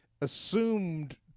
assumed